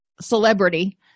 celebrity